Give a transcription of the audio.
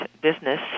business